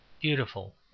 beautiful